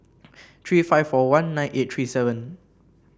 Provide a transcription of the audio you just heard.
three five four one nine eight three seven